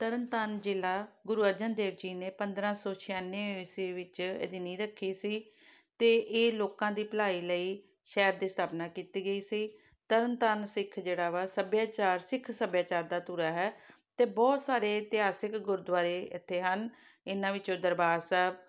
ਤਰਨ ਤਾਰਨ ਜ਼ਿਲ੍ਹਾ ਗੁਰੂ ਅਰਜਨ ਦੇਵ ਜੀ ਨੇ ਪੰਦਰਾਂ ਸੌ ਛਿਆਨਵੇਂ ਈਸਵੀ ਵਿੱਚ ਇਹਦੀ ਨੀਂਹ ਰੱਖੀ ਸੀ ਅਤੇ ਇਹ ਲੋਕਾਂ ਦੀ ਭਲਾਈ ਲਈ ਸ਼ਹਿਰ ਦੀ ਸਥਾਪਨਾ ਕੀਤੀ ਗਈ ਸੀ ਤਰਨ ਤਾਰਨ ਸਿੱਖ ਜਿਹੜਾ ਵਾ ਸੱਭਿਆਚਾਰ ਸਿੱਖ ਸੱਭਿਆਚਾਰ ਦਾ ਧੁਰਾ ਹੈ ਅਤੇ ਬਹੁਤ ਸਾਰੇ ਇਤਿਹਾਸਿਕ ਗੁਰਦੁਆਰੇ ਇੱਥੇ ਹਨ ਇਹਨਾਂ ਵਿੱਚੋਂ ਦਰਬਾਰ ਸਾਹਿਬ